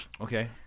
Okay